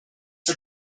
for